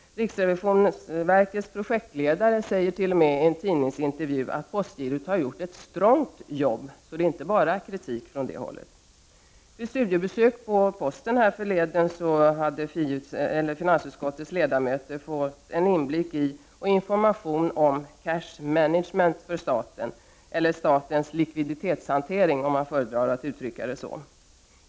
Riksrevisionsverkets projektledare säger t.o.m. i en tidningsintervju att postgirot har gjort ett strongt jobb — så det är inte bara kritik från det hållet. När finansutskottets ledamöter härförleden gjorde ett studiebesök på posten fick vi en inblick i och information om Cash Management för staten, eller statens likviditetshantering, om man föredrar att uttrycka det så.